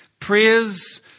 prayers